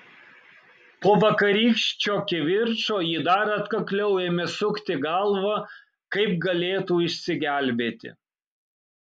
po vakarykščio kivirčo ji dar atkakliau ėmė sukti galvą kaip galėtų išsigelbėti